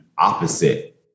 opposite